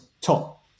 top